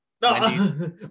no